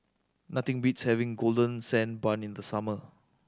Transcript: nothing beats having Golden Sand Bun in the summer